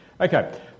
Okay